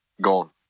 Gone